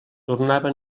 tornava